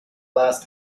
last